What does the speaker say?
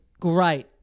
great